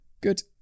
good